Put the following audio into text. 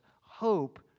Hope